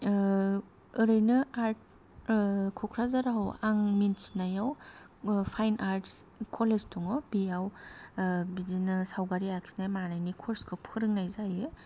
ओरैनो आर्ट क'कराझाराव आं मिन्थिनायाव फाइन आर्ट्स कलेज दङ बेयाव बिदिनो सावगारि आखिनाय मानायनि कर्सखौ फोरोंनाय जायो